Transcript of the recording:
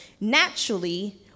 naturally